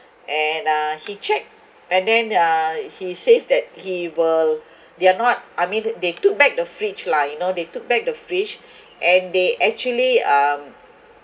and uh he checked and then uh he says that he will they are not I mean they took back the fridge lah you know they took back the fridge and they actually um